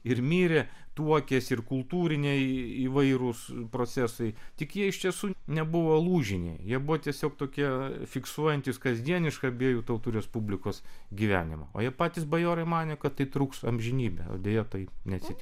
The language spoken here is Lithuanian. ir mirė tuokėsi ir kultūriniai įvairūs procesai tik jie iš tiesų nebuvo lūžiniai jie buvo tiesiog tokie fiksuojantys kasdienišką abiejų tautų respublikos gyvenimą o jie patys bajorai manė kad tai truks amžinybę o deja taip neatsitiko